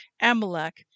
Amalek